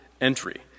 entry